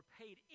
paid